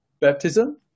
baptism